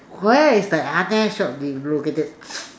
where is the other shop you located